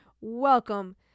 welcome